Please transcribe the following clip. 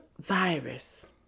virus